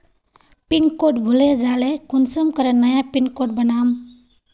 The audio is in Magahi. पिन कोड भूले जाले कुंसम करे नया पिन कोड बनाम?